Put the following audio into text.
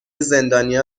زندانیا